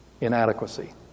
Inadequacy